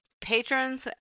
patrons